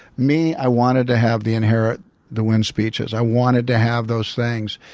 me, i wanted to have the inherit the wind speeches. i wanted to have those things.